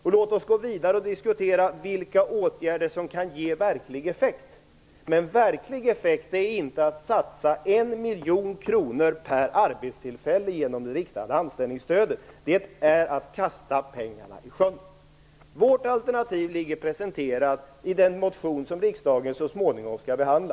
Låt oss gå vidare och diskutera vilka åtgärder som kan ge verklig effekt. Verklig effekt är inte att satsa en miljon kronor per arbetstillfälle genom det riktade anställningsstödet. Det är att kasta pengarna i sjön. Vårt alternativ finns presenterat i den motion som riksdagen så småningom skall behandla.